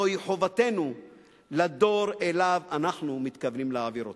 זוהי חובתנו לדור שאליו אנחנו מתכוונים להעביר אותה.